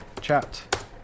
chat